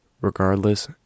Regardless